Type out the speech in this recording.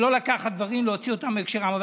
ולא לקחת דברים ולהוציא אותם מהקשרם.